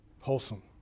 wholesome